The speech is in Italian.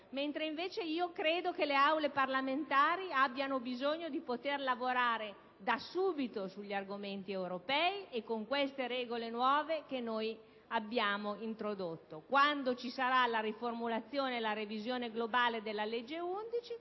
mentre penso che le Aule parlamentari abbiano bisogno di poter lavorare da subito sugli argomenti europei, con le regole nuove che noi abbiamo introdotto. Quando ci sarà la riformulazione e la revisione globale della legge n.